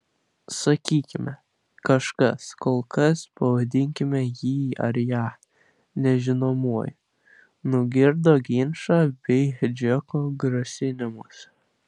sakykime kažkas kol kas pavadinkime jį ar ją nežinomuoju nugirdo ginčą bei džeko grasinimus